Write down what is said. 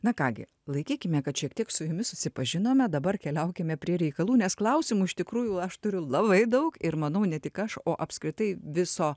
na ką gi laikykime kad šiek tiek su jumis susipažinome dabar keliaukime prie reikalų nes klausimų iš tikrųjų aš turiu labai daug ir manau ne tik aš o apskritai viso